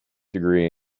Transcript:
degree